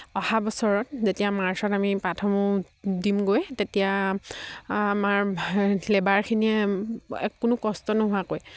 অহা বছৰত যেতিয়া মাৰ্চত আমি পাতসমূহ দিমগৈ তেতিয়া আমাৰ লেবাৰখিনিয়ে এক কোনো কষ্ট নোহোৱাকৈ